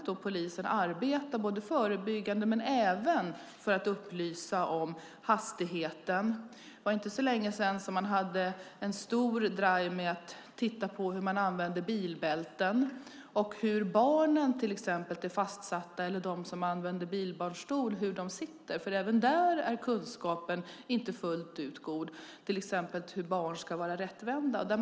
Därför arbetar polisen förebyggande till exempel med att upplysa om hastigheten. För inte så länge sedan hade man en stor drive där man tittade på hur bilbälte användes, hur barnen var fastsatta och hur man använde bilbarnstol. Inte heller där är kunskapen fullgod. Det gäller till exempel att barn ska vara rätt vända i bilen.